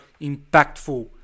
impactful